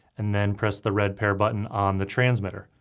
and then press the red pair button on the transmitter.